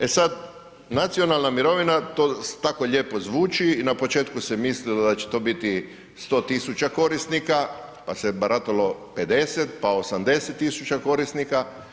E sad, nacionalna mirovina, to tako lijepo zvuči, na početku se mislilo da će to biti 100 000 korisnika pa se baratalo 50 pa 80 000 korisnika.